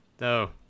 No